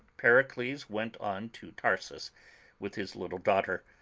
pericles went on to tarsus with his little daughter,